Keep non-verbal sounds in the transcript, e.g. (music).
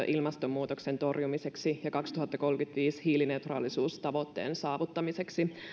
(unintelligible) ilmastonmuutoksen torjumiseksi ja kaksituhattakolmekymmentäviisi hiilineutraalisuustavoitteen saavuttamiseksi